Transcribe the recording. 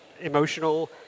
emotional